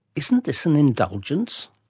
isn't this an indulgence?